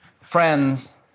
friends